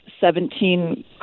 seventeen